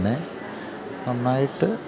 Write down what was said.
പിന്നെ നന്നായിട്ട്